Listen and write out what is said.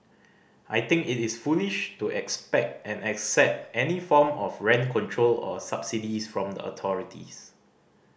I think it is foolish to expect and accept any form of rent control or subsidies from the authorities